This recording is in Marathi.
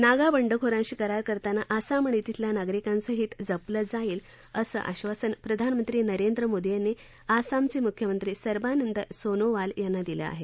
नागा बंडखोरांशी करार करताना आसाम आणि तिथल्या नागरिकांचं हित जपलं जाईल असं आश्वासन प्रधानमंत्री नरेंद्र मोदी यांनी आसामचे मुख्यमंत्री सर्वानंद सोनोवाल यांना दिलं आहे